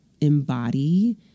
Embody